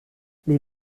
les